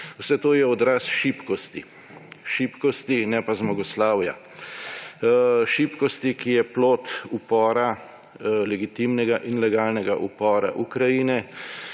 vse to je odraz šibkosti, šibkosti ne pa zmagoslavja. Šibkosti, ki je plod upora, legitimnega in legalnega upora Ukrajine,